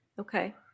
Okay